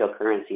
cryptocurrencies